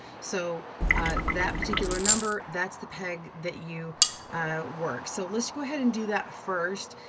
so that particular number, that's the peg that you work. so let's go ahead and do that first.